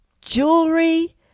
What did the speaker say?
jewelry